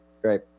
Great